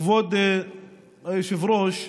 כבוד היושב-ראש,